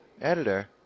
editor